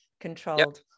controlled